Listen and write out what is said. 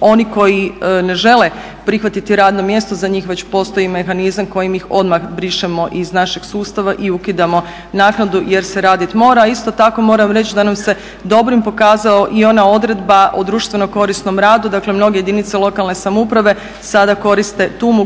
oni koji ne žele prihvatiti radno mjesto za njih već postoji i mehanizam kojim ih odmah brišemo iz našeg sustava i ukidamo naknadu jer se radit mora. Isto tako moram reći da nam se dobrim pokazao i ona odredba o društveno korisnom radu. Dakle, mnoge jedinice lokalne samouprave sada koriste tu mogućnost